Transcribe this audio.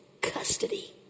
custody